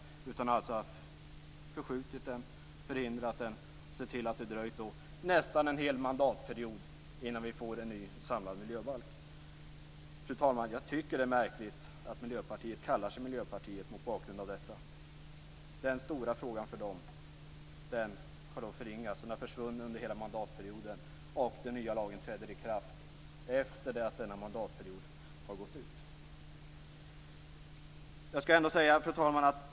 I stället har man skjutit på den, förhindrat den och sett till att det dröjt nästan en hel mandatperiod innan vi får en ny, samlad miljöbalk. Fru talman! Jag tycker mot bakgrund av detta att det är märkligt att Miljöpartiet kallar sig Miljöpartiet. Den stora frågan för partiet har det förringat. Den har försvunnit under hela mandatperioden, och den nya lagen träder i kraft efter det att denna mandatperiod har gått ut. Fru talman!